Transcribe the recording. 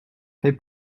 fait